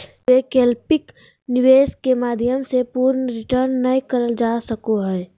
वैकल्पिक निवेश के माध्यम से पूर्ण रिटर्न नय करल जा सको हय